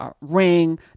Ring